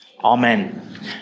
Amen